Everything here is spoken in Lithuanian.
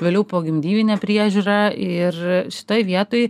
vėliau pogimdyvinė priežiūra ir šitoj vietoj